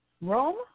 Rome